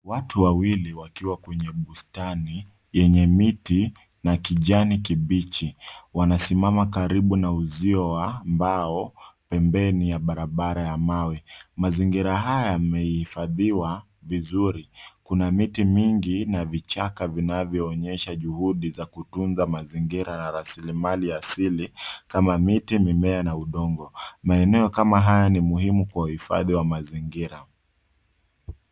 Watu wawili wakiwa kwenye bustani, yenye miti na kijani kibichi. Wanasimama karibu na uzio wa mbao, pembeni ya barabara ya mawe. Mazingira haya yamehifadhiwa vizuri. Kuna miti mingi, na vichaka vinavyoonyesha juhudi za kutunza mazingira na raslimali asili, kama miti, mimea na udongo. Maeneo kama haya ni muhimu kwa uhifadhi wa mazingira.